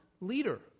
leader